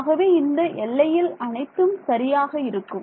ஆகவே இந்த எல்லையில் அனைத்தும் சரியாக இருக்கும்